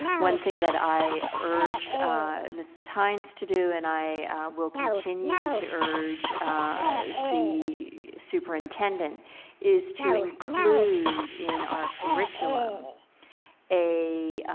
one thing that i urged mrs. hynes to do and i will continue to urge the superintendent is to include in our curriculum a